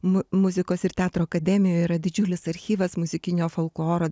mu muzikos ir teatro akademijoj yra didžiulis archyvas muzikinio folkloro